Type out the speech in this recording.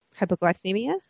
Hypoglycemia